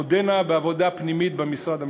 עודנה בעבודה פנימית במשרד המשפטים.